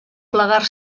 plegar